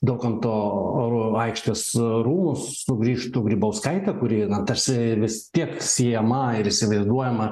daukanto aikštės rūmus sugrįžtų grybauskaitė kuri tarsi vis tiek siejama ir įsivaizduojama